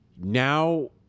now